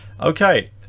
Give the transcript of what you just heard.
Okay